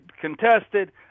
contested